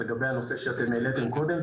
לגבי הנושא שאתם העליתם קודם,